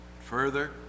Further